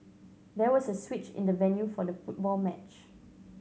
there was a switch in the venue for the football match